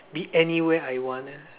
be anywhere I want